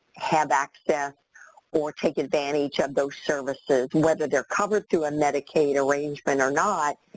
have access or take advantage of those services whether they're covered through a medicaid arrangement or not,